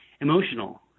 emotional